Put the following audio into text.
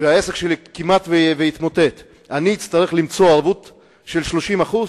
שהעסק שלי כמעט התמוטט, אצטרך למצוא ערבות של 30%?